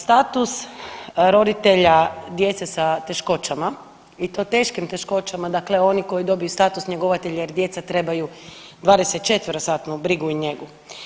Status roditelja djece sa teškoćama i to teškim teškoćama, dakle oni koji dobiju status njegovatelja jer djeca trebaju 24-satnu brigu i njegu.